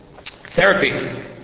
therapy